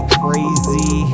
crazy